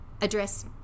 address